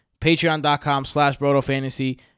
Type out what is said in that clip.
patreon.com/slash/brotofantasy